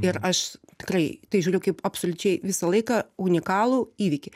ir aš tikrai į tai žiūriu kaip absoliučiai visą laiką unikalų įvykį